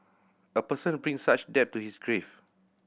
a person brings such debt to his grave